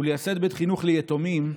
ולייסד בית חינוך ליתומים,